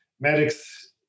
medics